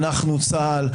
אנחנו צה"ל,